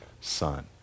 son